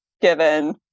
given